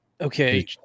Okay